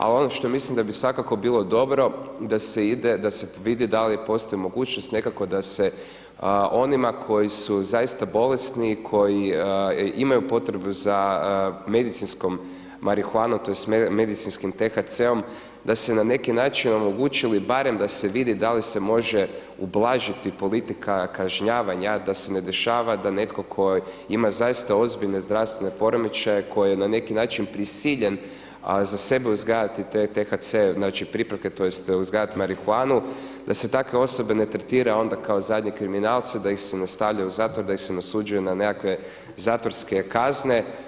A ono što mislim da bi svakako bilo dobro da se ide, da se vidi da li postoji mogućnost nekako da se onima koji su zaista bolesni, koji imaju potrebu za medicinskom marihuanom, tj. medicinskim THC-om da se na neki način omogući ili barem da se vidi da li se može ublažiti politika kažnjavanja da se ne dešava da netko tko ima zaista ozbiljne zdravstvene poremećaje koji je na neki način prisiljen za sebe uzgajati taj THC, znači pripravke, tj. uzgajati marihuanu da se takve osobe ne tretira onda kao zadnje kriminalce, da ih se ne stavlja u zatvor, da ih se ne osuđuje na nekakve zatvorske kazne.